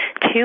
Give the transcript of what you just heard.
two